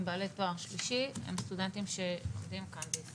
בעלי תואר שלישי הם סטודנטים שלומדים כאן בישראל.